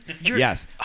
Yes